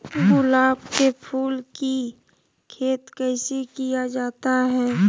गुलाब के फूल की खेत कैसे किया जाता है?